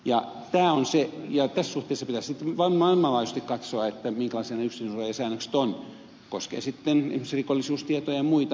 tässä suhteessa pitäisi sitten varmaan maailmanlaajuisesti katsoa minkälaisia ne yksityisyydensuojasäännökset ovat koskien sitten esimerkiksi rikollisuustietoja tai muita